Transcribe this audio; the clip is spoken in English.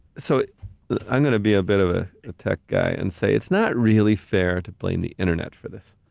so i'm gonna be a bit of ah a tech guy and say it's not really fair to blame the internet for this.